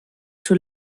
too